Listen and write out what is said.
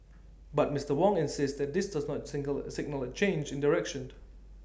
but Mister Wong insists this does not single signal A change in direction